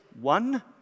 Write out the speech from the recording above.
one